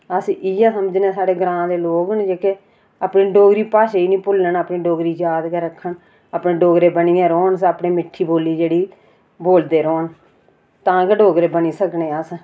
अस इयै समझदे साढ़े ग्रां दे लोक न जेह्के अपनी डोगरी भाषा गी नी भुल्लन अपनी डोगरी याद के रक्खन अपने डोगरे बनियै रौह्न अपनी मिट्ठी बोल्ली जेह्ड़ी बोलदे रौह्न तां के डोगरे बनी सकने आं अस